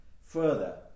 further